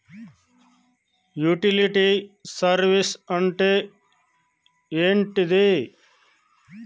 Utility service అంటే ఏంటిది?